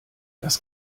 das